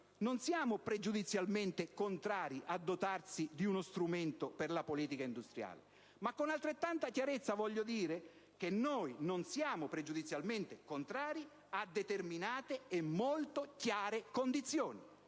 non siamo pregiudizialmente contrari a dotarci di uno strumento per la politica industriale. Con altrettanta chiarezza però voglio dire che pregiudizialmente contrari non lo siamo a determinate e molto chiare condizioni: